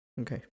Okay